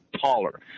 taller